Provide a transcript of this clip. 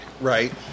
Right